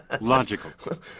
Logical